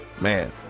Man